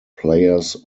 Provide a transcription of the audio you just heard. players